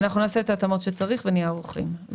אנחנו נעשה את ההתאמות שצריך ונהיה ערוכים.